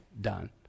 done